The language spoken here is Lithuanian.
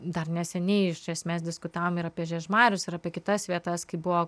dar neseniai iš esmės diskutavom ir apie žiežmarius ir apie kitas vietas kai buvo